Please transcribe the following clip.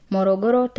Morogoro